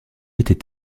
était